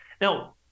Now